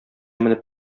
менеп